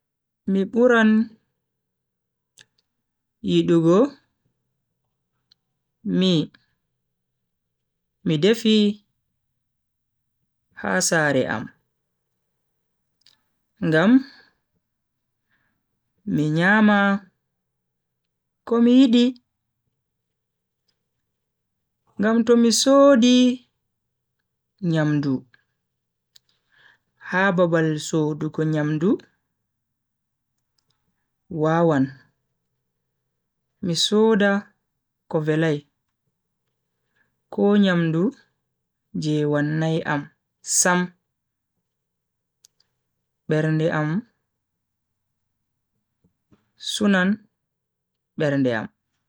Mi buran yidugo mi mi defi ha sare am, ngam mi nyama komi yidi. ngam tomi sodi nyamdu ha babal sodugo nyamdu wawan mi soda ko velai ko nyamdu je wannai am Sam berde am sunan bernde am.